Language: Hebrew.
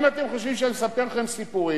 אם אתם חושבים שאני מספר לכם סיפורים,